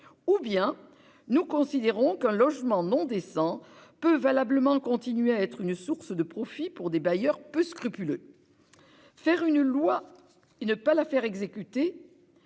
ou bien nous considérons qu'un logement non décent peut valablement continuer à être une source de profits pour des bailleurs peu scrupuleux. « Faire une loi et ne pas la faire exécuter,